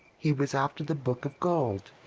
he was after the book of gold.